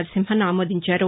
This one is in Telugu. నరసింహన్ ఆమోదించారు